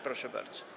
Proszę bardzo.